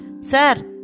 Sir